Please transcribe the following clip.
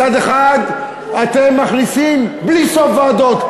מצד אחד אתם מכניסים בלי סוף ועדות,